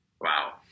Wow